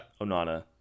Onana